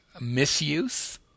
misuse